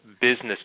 business